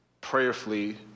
prayerfully